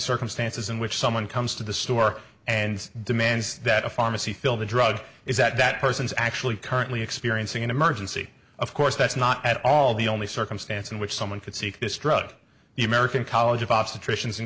circumstances in which someone comes to the store and demands that a pharmacy fill the drug is that that person's actually currently experiencing an emergency of course that's not at all the only circumstance in which someone could seek this drug the american college of obstetricians